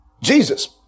Jesus